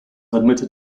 admitted